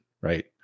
Right